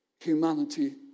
humanity